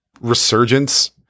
resurgence